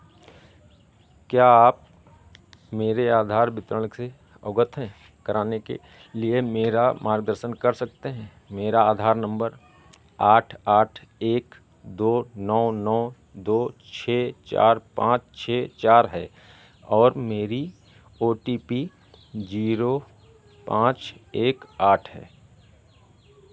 क्या आप मेरे आधार वितरण से अवगत हैं कराने के लिए मेरा मार्गदर्शन कर सकते हैं मेरा आधार नंबर आठ आठ एक दो नौ नौ दो छः चार पाँच छः चार है और मेरी ओ टी पी जीरो पाँच एक आठ है